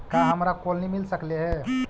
का हमरा कोलनी मिल सकले हे?